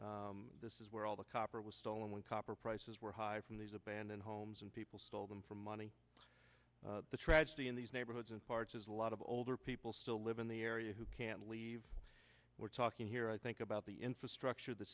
electricity this is where all the copper was stolen when copper prices were high from these abandoned homes and people sold them for money the tragedy in these neighborhoods and parts is a lot of older people still live in the area who can't leave we're talking here i think about the infrastructure that